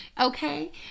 Okay